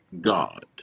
god